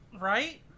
Right